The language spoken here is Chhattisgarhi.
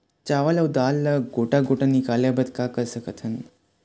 चावल अऊ दाल ला गोटा गोटा निकाले बर का कर सकथन?